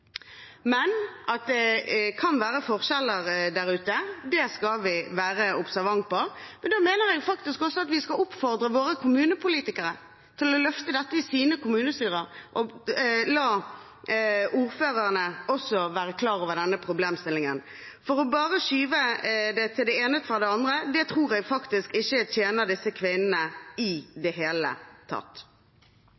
Men at det kan være forskjeller der ute, skal vi være observante på. Da mener jeg faktisk også at vi skal oppfordre våre kommunepolitikere til å løfte dette i sine kommunestyrer og la ordførerne være klar over denne problemstillingen. Bare å skyve det fra den ene til den andre tror jeg ikke tjener disse kvinnene i